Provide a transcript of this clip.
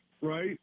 right